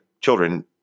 children